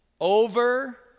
Over